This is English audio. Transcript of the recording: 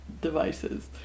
devices